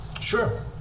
Sure